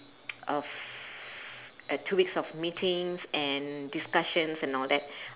of uh two weeks of meetings and discussions and all that